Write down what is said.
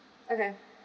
okay